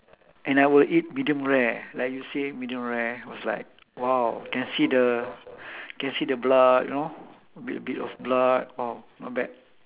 and I will eat medium rare like you say medium rare was like !wow! can see the can see the blood you know a bit a bit of blood !wow! not bad